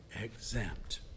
exempt